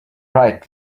right